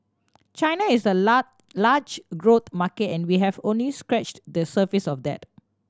China is a large growth market and we have only scratched the surface of that